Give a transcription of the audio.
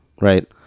Right